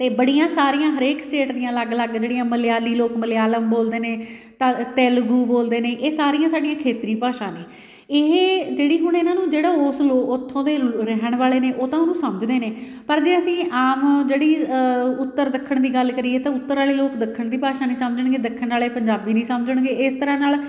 ਅਤੇ ਬੜੀਆਂ ਸਾਰੀਆਂ ਹਰੇਕ ਸਟੇਟ ਦੀਆਂ ਅਲੱਗ ਅਲੱਗ ਜਿਹੜੀਆਂ ਮਲਿਆਲੀ ਲੋਕ ਮਲਿਆਲਮ ਬੋਲਦੇ ਨੇ ਤ ਤੇਲਗੂ ਬੋਲਦੇ ਨੇ ਇਹ ਸਾਰੀਆਂ ਸਾਡੀਆਂ ਖੇਤਰੀ ਭਾਸ਼ਾ ਨੇ ਇਹ ਜਿਹੜੀ ਹੁਣ ਇਹਨਾਂ ਨੂੰ ਜਿਹੜਾ ਉਸ ਲੋਕ ਉੱਥੋਂ ਦੇ ਰਹਿਣ ਵਾਲੇ ਨੇ ਉਹ ਤਾਂ ਉਹਨੂੰ ਸਮਝਦੇ ਨੇ ਪਰ ਜੇ ਅਸੀਂ ਆਮ ਜਿਹੜੀ ਉੱਤਰ ਦੱਖਣ ਦੀ ਗੱਲ ਕਰੀਏ ਤਾਂ ਉੱਤਰ ਵਾਲੇ ਲੋਕ ਦੱਖਣ ਦੀ ਭਾਸ਼ਾ ਨਹੀਂ ਸਮਝਣਗੇ ਦੱਖਣ ਵਾਲੇ ਪੰਜਾਬੀ ਨਹੀਂ ਸਮਝਣਗੇ ਇਸ ਤਰ੍ਹਾਂ ਨਾਲ